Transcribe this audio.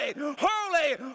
holy